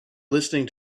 listening